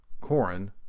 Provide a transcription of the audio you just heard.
corin